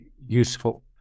useful